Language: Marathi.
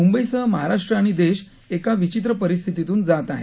मुंबईसह महाराष्ट्र आणि देश एका विचित्र परिस्थितीतून जात आहे